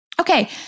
Okay